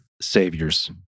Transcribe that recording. saviors